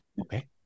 Okay